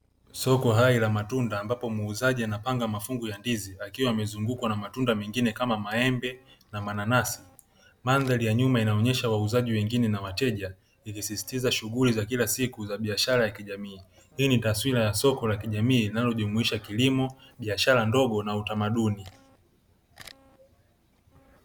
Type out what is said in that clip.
Soko hai la matunda ambapo muuzaji anapanga mafungu ya ndizi, akiwa amezungukwa na matunda mengine kama maembe na mananasi. Mandhari ya nyuma inaonyesha wauzaji wengine na wateja ikisisitiza shughuli za kila siku ya biashara ya jamii. Hii ni taswira ya soko la kijamii linalojumuisha kilimo, biashara ndogo na utamaduni.